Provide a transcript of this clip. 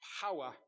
power